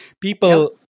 People